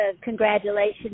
congratulations